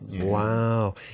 Wow